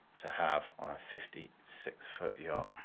to have on a fifty six foot yacht!